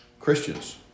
Christians